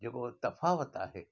जेको उहो तफ़ावत आहे